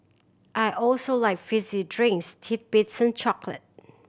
I also like fizzy drinks titbits and chocolate